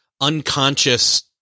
unconscious